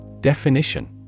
Definition